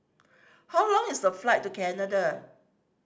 how long is the flight to Canada